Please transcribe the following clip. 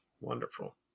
Wonderful